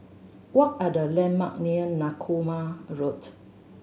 what are the landmark near Narooma Road